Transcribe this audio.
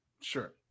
Sure